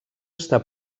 està